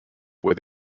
with